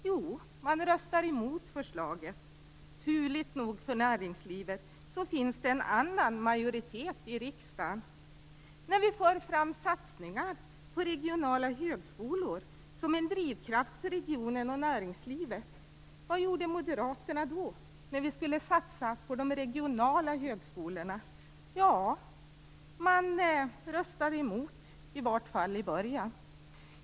Jo, man röstar emot förslaget. Turligt nog för näringslivet finns det en annan majoritet i riksdagen. Vad gjorde Moderaterna när vi förde fram förslag om att satsa på de regionala högskolorna som en drivkraft för regionen och näringslivet? Man röstade emot, i vart fall i början.